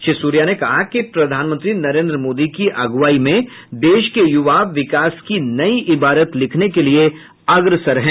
श्री सूर्या ने कहा कि प्रधानमंत्री नरेन्द्र मोदी की अगुवाई में देश के युवा विकास की नयी इबारत लिखने के लिए अग्रसर है